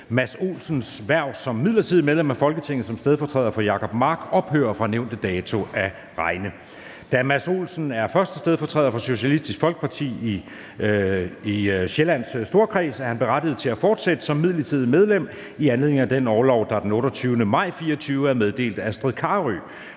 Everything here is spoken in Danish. Mads Olsens (SF) hverv som midlertidigt medlem af Folketinget som stedfortræder for Jacob Mark (SF) ophører fra nævnte dato at regne. Da Mads Olsen (SF) er 1. stedfortræder for Socialistisk Folkeparti i Sjællands Storkreds, er han berettiget til at fortsætte som midlertidigt medlem i anledning af den orlov, der den 28. maj 2024 er meddelt Astrid Carøe